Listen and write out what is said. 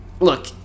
Look